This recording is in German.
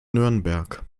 nürnberg